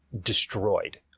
destroyed